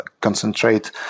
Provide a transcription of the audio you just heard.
concentrate